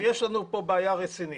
אם כן, יש לנו כאן בעיה רצינית.